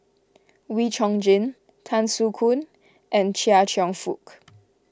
Wee Chong Jin Tan Soo Khoon and Chia Cheong Fook